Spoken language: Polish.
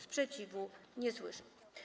Sprzeciwu nie słyszę.